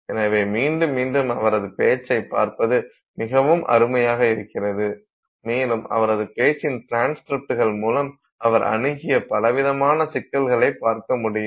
எனவே மீண்டும் மீண்டும் அவரது பேச்சைப் பார்ப்பது மிகவும் அருமையாக இருக்கிறது மேலும் அவரது பேச்சின் டிரான்ஸ்கிரிப்டுகள் மூலம் அவர் அணுகிய பலவிதமான சிக்கல்களைப் பார்க்க முடியும்